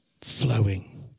flowing